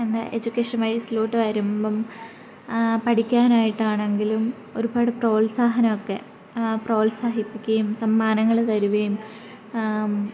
എന്നെ എജ്യൂക്കേഷൻ വഴി സ്ലോട്ട് വരുമ്പം പഠിക്കാനായിട്ടാണെങ്കിലും ഒരുപാട് പ്രോത്സാഹനം ഒക്കെ പ്രോത്സാഹിപ്പിക്കയും സമ്മാനങ്ങൾ തരികയും